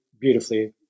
beautifully